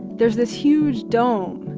there's this huge dome.